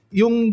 yung